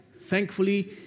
Thankfully